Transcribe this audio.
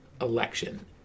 election